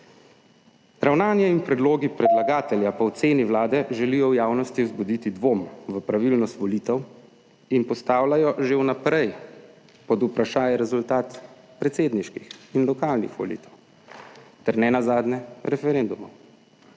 Ravnanje in predlogi predlagatelja po oceni Vlade želijo v javnosti vzbuditi dvom v pravilnost volitev in postavljajo že vnaprej pod vprašaj rezultat predsedniških in lokalnih volitev ter nenazadnje referendumov,